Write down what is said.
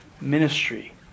ministry